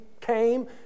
came